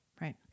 Right